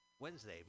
Wednesday